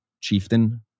chieftain